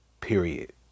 period